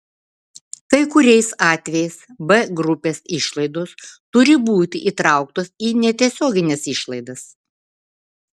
kai kuriais atvejais b grupės išlaidos turi būti įtrauktos į netiesiogines išlaidas